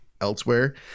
elsewhere